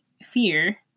fear